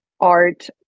art